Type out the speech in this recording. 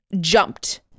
jumped